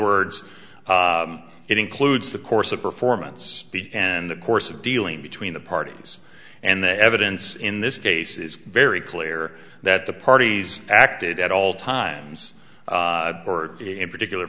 words it includes the course of performance and the course of dealing between the parties and the evidence in this case is very clear that the parties acted at all times or in particular